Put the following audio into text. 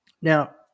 Now